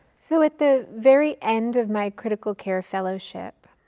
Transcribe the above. so at the very end of my critical care fellowship,